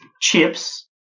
chips